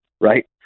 right